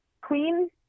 queen